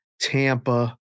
Tampa